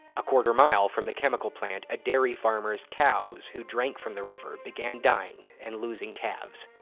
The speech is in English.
a quarter mile from the chemical plant, a dairy farmer's cows who drank from the river began dying and losing calves.